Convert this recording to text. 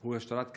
הוא השתלת כבד,